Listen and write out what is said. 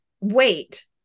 wait